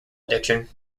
addiction